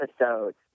episodes